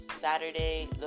Saturday